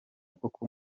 koko